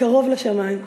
קרוב לשמים.